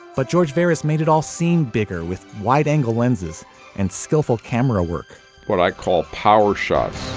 but george barris made it all seem bigger with wide angle lenses and skillful camera work what i call power shots,